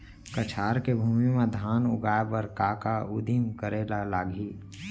कछार के भूमि मा धान उगाए बर का का उदिम करे ला लागही?